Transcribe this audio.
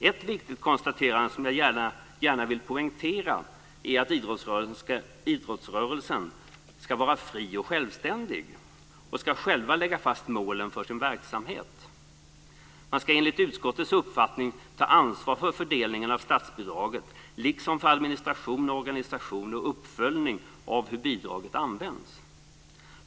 Ett viktigt konstaterande som jag gärna vill poängtera är att idrottsrörelsen ska vara fri och självständig och att den själv ska lägga fast målen för sin verksamhet. Enligt utskottets uppfattning ska man ta ansvar för fördelningen av statsbidraget liksom för administration, organisation och uppföljning av hur bidraget används.